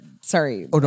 sorry